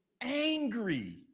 angry